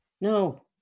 No